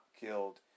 killed